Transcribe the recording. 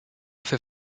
fait